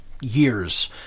years